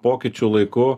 pokyčių laiku